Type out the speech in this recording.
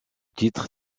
titre